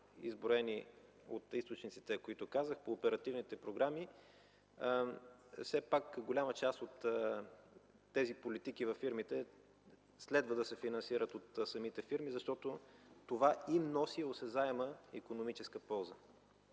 изброени от източниците, които казах, по оперативните програми. Все пак голяма част от тези политики във фирмите следва да се финансират от самите фирми, защото това им носи осезаема икономическа полза.